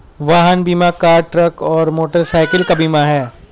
वाहन बीमा car, truck और मोटरसाइकिल का बीमा है